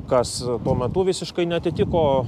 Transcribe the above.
kas tuo metu visiškai neatitiko